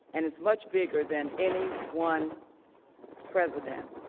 and it's much bigger than any one president.